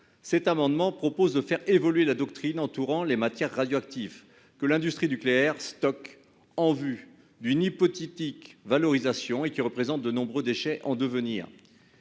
cet amendement vise à faire évoluer la doctrine entourant les matières radioactives que l'industrie nucléaire stocke en vue d'une hypothétique valorisation et qui représentent de nombreux déchets en devenir.